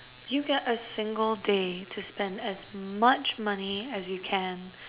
you got a single day to spend as much money as you can